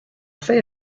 faye